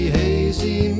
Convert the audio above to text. hazy